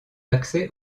accès